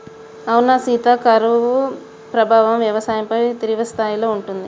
అవునా సీత కరువు ప్రభావం వ్యవసాయంపై తీవ్రస్థాయిలో ఉంటుంది